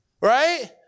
right